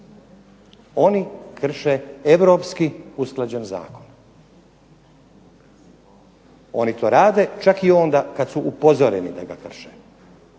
Oni krše europski usklađen zakon. Oni to rade čak i onda kad su upozoreni da ga krše.